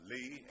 Lee